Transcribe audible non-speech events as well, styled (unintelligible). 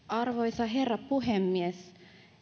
(unintelligible) arvoisa herra puhemies